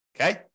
Okay